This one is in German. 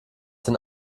den